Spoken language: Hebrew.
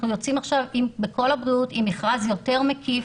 אנחנו יוצאים עכשיו ב"קול הבריאות" אם מכרז יותר נקי.